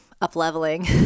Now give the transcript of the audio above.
up-leveling